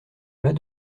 mas